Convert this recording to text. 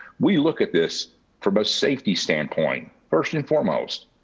we look at this from a safety standpoint, first and foremost.